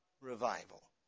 Revival